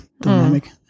dynamic